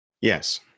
Yes